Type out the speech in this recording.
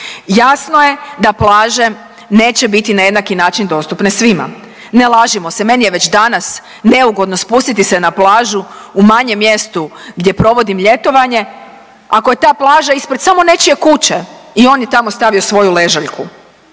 jasno je da plaže neće biti na jednaki način dostupne svima, ne lažimo se. Meni je već danas neugodno spustiti se na plažu u manjem mjestu gdje provodim ljetovanje ako je ta plaža ispred samo nečije kuće i on je tamo stavio svoju ležaljku